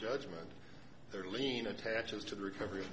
judgment there lean attaches to the recovery